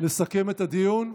לסכם את הדיון.